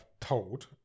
told